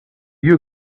you